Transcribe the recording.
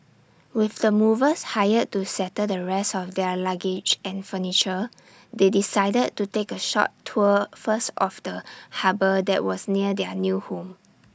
with the movers hired to settle the rest of their luggage and furniture they decided to take A short tour first of the harbour that was near their new home